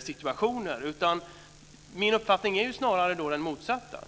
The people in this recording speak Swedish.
situationer med betygshets. Min uppfattning är snarare den motsatta.